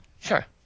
sure